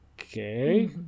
Okay